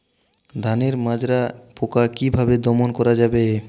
ধানের মাজরা পোকা কি ভাবে দমন করা যাবে?